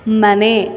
ಮನೆ